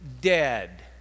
dead